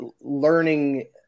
learning